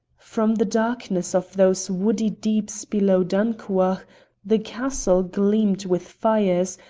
from the darkness of those woody deeps below dunchuach the castle gleamed with fires,